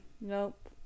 nope